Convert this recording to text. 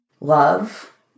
love